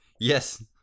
yes